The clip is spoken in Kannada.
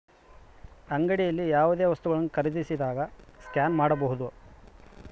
ಅಂಗಡಿಯಲ್ಲಿ ಯಾವುದೇ ವಸ್ತುಗಳನ್ನು ಖರೇದಿಸಿದಾಗ ಸ್ಕ್ಯಾನ್ ಮಾಡಬಹುದಾ?